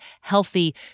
healthy